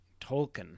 Tolkien